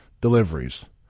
Deliveries